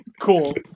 cool